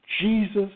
Jesus